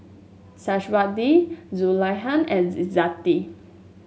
Syazwani Zulaikha and Izzati